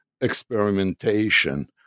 experimentation